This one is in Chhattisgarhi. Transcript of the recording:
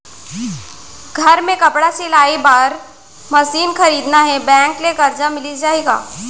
घर मे कपड़ा सिलाई बार मशीन खरीदना हे बैंक ले करजा मिलिस जाही का?